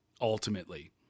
ultimately